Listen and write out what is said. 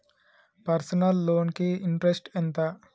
Personal loan కి interest ఎంత?